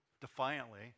defiantly